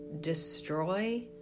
destroy